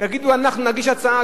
תגידו: אנחנו נגיש הצעה,